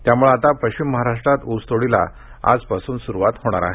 त्याम्ळे आता पश्चिम महाराष्ट्रात ऊस तोडीला आजपासून सुरवात होणार आहे